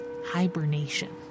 hibernation